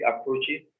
approaches